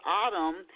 autumn